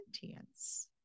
sentience